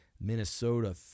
Minnesota